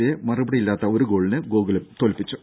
സിയെ മറുപടിയില്ലാത്ത ഒരു ഗോളിന് ഗോകുലം തോൽപ്പിച്ചു